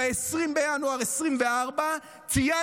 ב-20 בינואר 2024 ציינת,